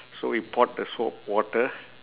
so we poured the soap water